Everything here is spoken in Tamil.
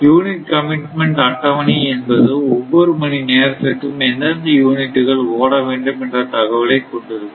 யூனிட் கமிட்மெண்ட் அட்டவணை என்பது ஒவ்வொரு மணி நேரத்திற்கும் எந்தெந்த யூனிட்டுகள் ஓடவேண்டும் என்ற தகவலை கொண்டிருக்கும்